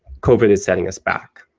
covid is setting us back.